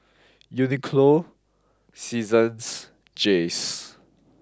Uniqlo Seasons Jays